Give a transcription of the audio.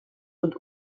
und